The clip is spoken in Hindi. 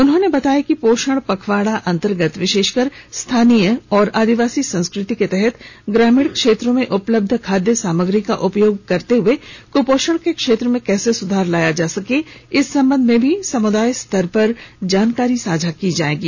उन्होंने बताया कि पोषण पखवाड़ा अंतर्गत से विशेषकर स्थानीय और आदिवासी संस्कृति के तहत ग्रामीण क्षेत्रो में उपलब्ध खाद्य सामग्री का उपयोग करते हुए कृपोषण के क्षेत्र में कैसे सुधार लाया जा सकता है इस संबंध में भी समृदाय स्तर पर जानकारी साझा की जाएगी